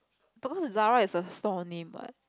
because Zara is a store name what